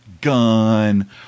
Gun